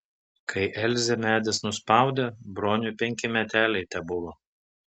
kai elzę medis nuspaudė broniui penki meteliai tebuvo